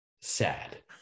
sad